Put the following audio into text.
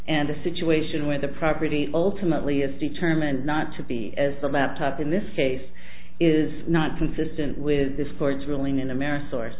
and a situation where the property ultimately is determined not to be as the map up in this case is not consistent with this court's ruling in america source